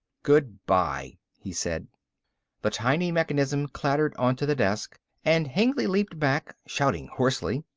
good-by, he said the tiny mechanism clattered onto the desk and hengly leaped back, shouting hoarsely.